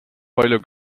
palju